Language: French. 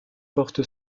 porte